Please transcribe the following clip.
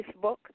Facebook